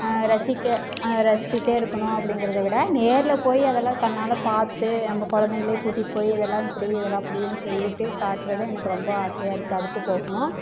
ரசிக்க ரசிச்சிட்டு இருக்கணும் அப்படிங்கிறத விட நேரில் போய் அதெல்லாம் கண்ணால் பார்த்து நம்ம குழந்தைங்களயே கூட்டிகிட்டு போய் இதெல்லாம் இப்படி இதெல்லாம் அப்படின்னு சொல்லிட்டு காட்டுறது எனக்கு ரொம்ப ஆசையாக இருக்குது அதுக்கு போகணும்